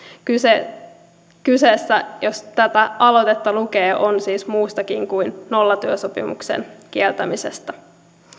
kyse jos tätä aloitetta lukee on siis muustakin kuin nollatyösopimuksen kieltämisestä